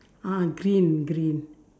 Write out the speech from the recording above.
ah green green